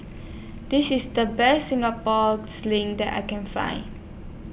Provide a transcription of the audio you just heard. This IS The Best Singapore Sling that I Can Find